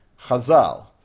Chazal